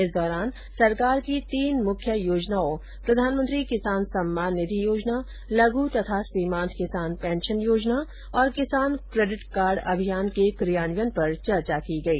इस दौरान सरकार की तीन मुख्य योजनाओं प्रधानमंत्री किसान सम्मान निधि योजना लघ् तथा सीमांत किसान पेंशन योजना और किसान क्रेडिट कार्ड अभियान के क्रियान्वयन पर चर्चा की गई